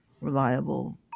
reliable